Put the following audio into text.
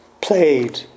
played